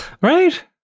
Right